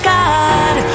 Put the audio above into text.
God